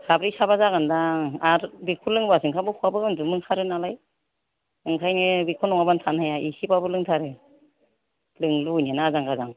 साब्रै साबा जागोनखोमा आरो बेखौ लोंबासो ओंखामआबो खहाबो उन्दुनोबो ओंखारो नालाय बेनिखायनो बेखौ नङाबानो थानो हाया एसेबाबो लोंथारो लोंनो लुबैनायानो आजां गाजां